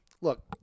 look –